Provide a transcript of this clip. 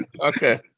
Okay